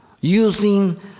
using